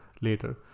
later